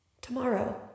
tomorrow